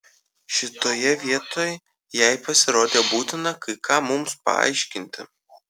šitoje vietoj jai pasirodė būtina kai ką mums paaiškinti